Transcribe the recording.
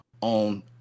on